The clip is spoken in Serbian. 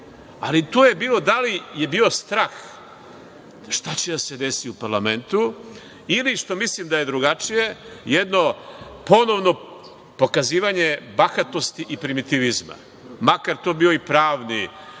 bio strah. Da li je bio strah šta će da se desi u parlamentu ili, što mislim da je drugačije, jedno ponovno pokazivanje bahatosti i primitivizma, makar to bio i pravni,